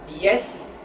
yes